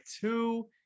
two